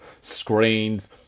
screens